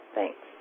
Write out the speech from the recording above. Thanks